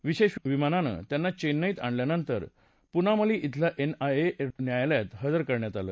विशेष विमानानं त्यांना चेन्नईत आणल्यानंतर पुनामली शिल्या एनआयए न्यायालयात हजर करण्यात आलं